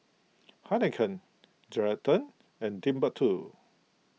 Heinekein Geraldton and Timbuk two